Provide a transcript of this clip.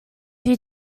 you